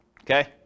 Okay